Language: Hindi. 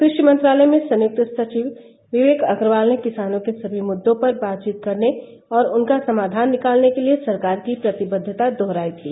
कृषि मंत्रालय में संयुक्त सचिव विवेक अग्रवाल ने किसानों के सभी मुद्दों पर बातचीत करने और उनका समाधान निकालने के लिए सरकार की प्रतिबद्वता दोहराई थी